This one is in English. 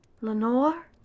Lenore